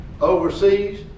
overseas